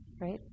right